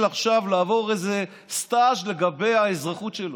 עכשיו לעבור איזה סטאז' לגבי האזרחות שלו.